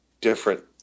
different